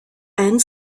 and